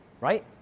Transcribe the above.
Right